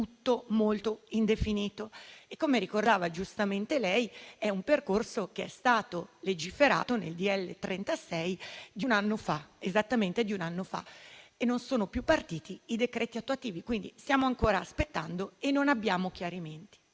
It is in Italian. tutto molto indefinito e - come ricordava giustamente lei - è un percorso che è stato legiferato nel decreto-legge n. 36 del 2022, esattamente un anno fa, ma non sono più partiti i decreti attuativi. Stiamo ancora aspettando e non abbiamo chiarimenti.